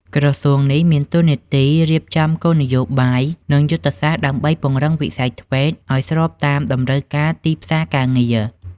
ក្រសួងនេះមានតួនាទីរៀបចំគោលនយោបាយ និងយុទ្ធសាស្ត្រដើម្បីពង្រឹងវិស័យ ធ្វេត TVET ឱ្យស្របតាមតម្រូវការទីផ្សារការងារ។